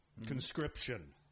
Conscription